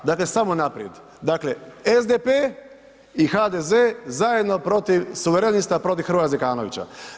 Dakle, samo naprijed, dakle SDP i HDZ zajedno protiv suverenista protiv Hrvoja Zekanovića.